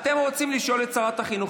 אתם רוצים לשאול את שרת החינוך,